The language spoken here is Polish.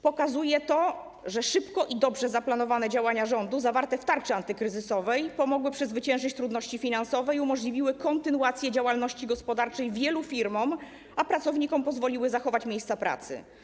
Pokazuje to, że szybko i dobrze zaplanowane działania rządu zawarte w tarczy antykryzysowej pomogły przezwyciężyć trudności finansowe i umożliwiły kontynuację działalności gospodarczej wielu firmom, a pracownikom pozwoliły zachować miejsca pracy.